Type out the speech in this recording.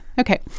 Okay